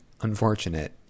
unfortunate